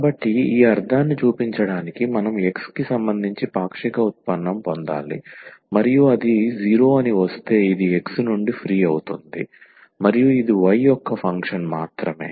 కాబట్టి ఈ అర్ధాన్ని చూపించడానికి మనం x కి సంబంధించి పాక్షిక ఉత్పన్నం పొందాలి మరియు అది 0 అని వస్తే ఇది x నుండి ఫ్రీ అవుతుంది మరియు ఇది y యొక్క ఫంక్షన్ మాత్రమే